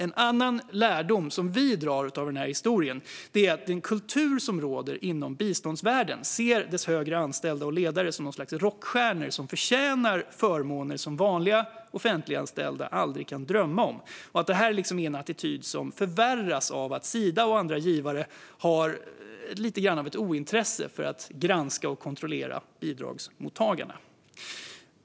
En annan lärdom som vi drar av den här historien är att man inom den kultur som råder inom biståndsvärlden ser dess högre anställda och ledare som något slags rockstjärnor som förtjänar förmåner som vanliga offentliganställda aldrig kan drömma om. Det här är en attityd som förvärras av att Sida och andra givare har lite grann av ett ointresse för att granska och kontrollera bidragsmottagarna.